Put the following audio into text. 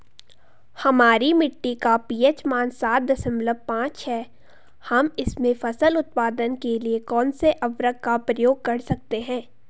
हमारी मिट्टी का पी.एच मान सात दशमलव पांच है हम इसमें फसल उत्पादन के लिए कौन से उर्वरक का प्रयोग कर सकते हैं?